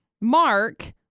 Mark